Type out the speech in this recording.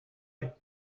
right